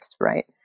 right